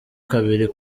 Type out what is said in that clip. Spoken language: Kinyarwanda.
kabiri